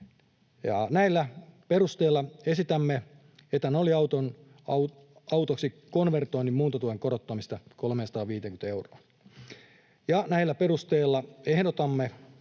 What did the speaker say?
Näillä perusteilla esitämme etanoliautoksi konvertoinnin muuntotuen korottamista 350 euroon. Näillä perusteilla ehdotamme,